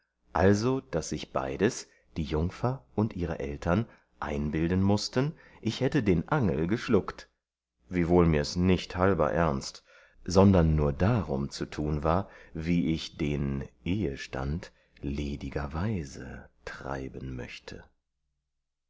also daß sich beides die jungfer und ihre eltern einbilden mußten ich hätte den angel geschluckt wiewohl mirs nicht halber ernst sondern nur darum zu tun war wie ich den ehestand ledigerweise treiben möchte